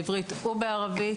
בעברית ובערבית,